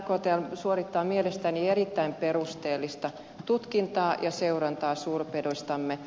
rktl suorittaa mielestäni erittäin perusteellista tutkintaa ja seurantaa suurpedoistamme